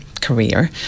career